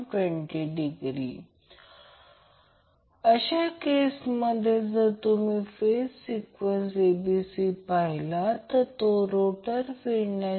आणि जेव्हा त्याचप्रमाणे यामध्ये फिरते ज्याला आपण फ्लक्स म्हणतो या तीनही वायंडीगना जोडतो जे 120° च्या अंतरावर ठेवलेले आहेत